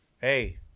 Hey